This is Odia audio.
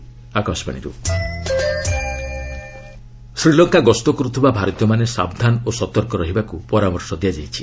ଇଣ୍ଡିଆ ଶ୍ରୀଲଙ୍କା ଶ୍ରୀଲଙ୍କା ଗସ୍ତ କରୁଥିବା ଭାରତୀୟମାନେ ସାବଧାନ ଓ ସତର୍କ ରହିବାକୁ ପରାମର୍ଶ ଦିଆଯାଇଛି